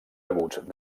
aguts